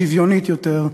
שוויונית יותר,